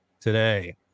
today